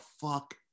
fuck